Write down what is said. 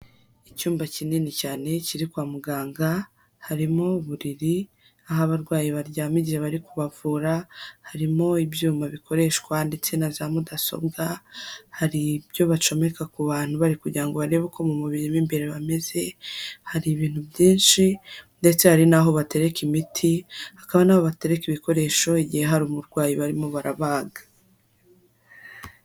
Icyumba kinini cyane kiri kwa muganga, harimo uburiri, aho abarwayi baryama igihe bari kubavura, harimo ibyuma bikoreshwa ndetse na za mudasobwa, hari ibyo bacomeka ku bantu bari kugira ngo barebe uko mu mubiri mo imbere bameze, hari ibintu byinshi, ndetse hari n'aho batereka imiti, hakaba n'aho batereka ibikoresho igihe hari umurwayi barimo barabaga.